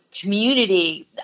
community